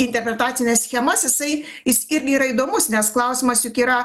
interpretacines schemas jisai jis irgi yra įdomus nes klausimas juk yra